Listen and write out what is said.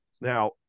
Now